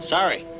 Sorry